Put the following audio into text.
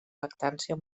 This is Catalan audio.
lactància